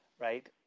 Right